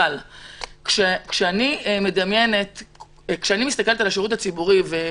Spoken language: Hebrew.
אבל כשאני מסתכלת על השירות הציבורי,